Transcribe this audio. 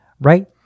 Right